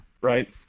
Right